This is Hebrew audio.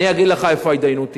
אני אגיד לך איפה ההתדיינות תהיה.